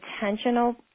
intentional